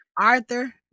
arthur